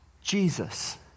Jesus